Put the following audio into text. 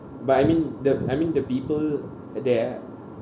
but I mean the I mean the people uh they